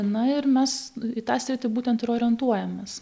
na ir mes į tą sritį būtent ir orientuojamės